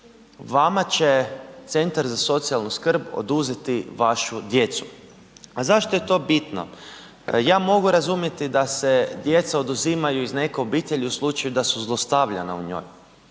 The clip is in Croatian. vama će Centar za socijalnu skrb oduzeti vašu djecu. A zašto je to bitno? Ja mogu razumjeti da se djeca oduzimaju iz neke obitelji u slučaju da su zlostavljana u njoj,